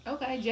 Okay